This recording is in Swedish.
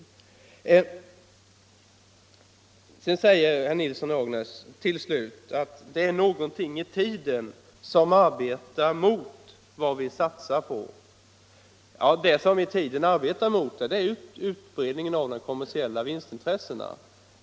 Till sist sade herr Nilsson i Agnäs att det är någonting I tiden som arbetar emot vad vi satsar på. Det i tiden som arbetar emot detta är utbredningen av de kommersiella vinstintressena.